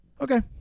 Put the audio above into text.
okay